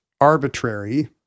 arbitrary